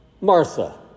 Martha